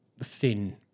thin